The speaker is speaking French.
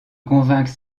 convaincre